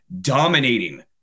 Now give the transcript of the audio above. dominating